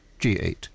G8